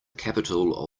capital